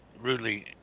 Rudely